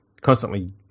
constantly